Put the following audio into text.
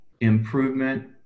improvement